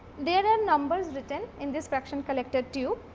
there are numbers written in this fraction collected tube.